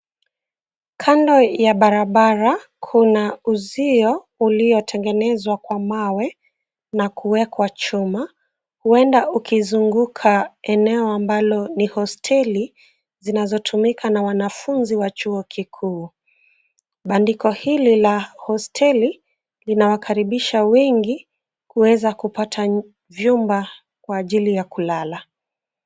Kando ya barabara kuna uzio uliotengenezwa kwa mawe na kuwekwa chuma huenda ukizunguka eneo ambalo ni hosteli zinazotumika na wanafunzi wa chuo kikuu. Bandiko hili la hosteli lina wakaribisha wengi kuweza kupata vyumba kwa ajili ya kulala.